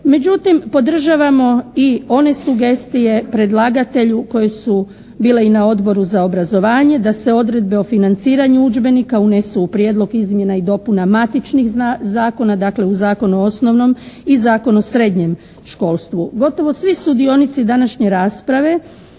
Međutim, podržavamo i one sugestije predlagatelju koje su bile i na Odboru za obrazovanje da se odredbe o financiranju udžbenika unesu u prijedlog izmjena i dopuna matičnih zakona, dakle u Zakon o osnovnom i Zakon o srednjem školstvu. Gotovo svi sudionici današnje rasprave